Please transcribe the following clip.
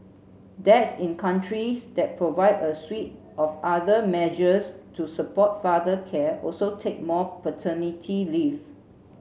dads in countries that provide a suite of other measures to support father care also take more paternity leave